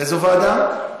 איזו ועדה?